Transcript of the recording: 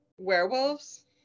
werewolves